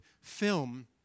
film